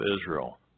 Israel